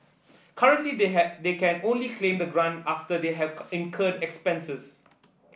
currently they have they can only claim the grant after they have incurred expenses